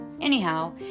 Anyhow